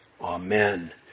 Amen